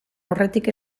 aurretik